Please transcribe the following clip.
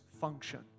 function